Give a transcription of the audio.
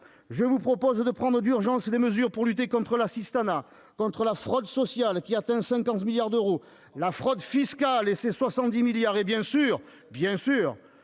Je vous propose de prendre d'urgence les mesures pour lutter contre l'assistanat, contre la fraude sociale, qui atteint 50 milliards d'euros, la fraude fiscale et ses 70 milliards d'euros, et, bien sûr,